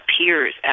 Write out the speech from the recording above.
appears